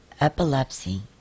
Epilepsy